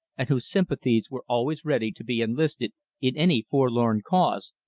and whose sympathies were always ready to be enlisted in any forlorn cause,